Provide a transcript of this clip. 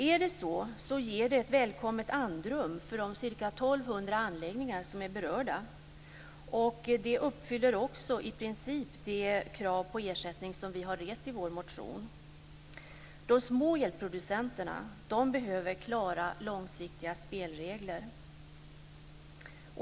Är det så, så ger detta ett välkommet andrum för de ca 1 200 anläggningar som är berörda. Det uppfyller också i princip det krav på ersättning som vi har rest i vår motion. De små elproducenterna behöver klara, långsiktiga spelregler.